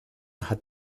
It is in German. hat